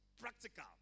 Practical